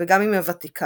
וגם עם הוותיקן.